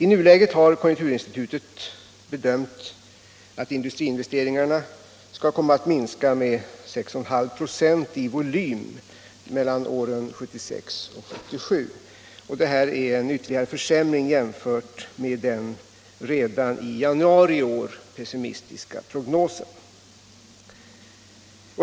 I nuläget har konjunkturinstitutet bedömt att industriinvesteringarna skall komma att minska med 6,5 96 i volym mellan 1976 och 1977. Det är en ytterligare försämring jämfört med den redan i januari i år pessimistiska prognosen.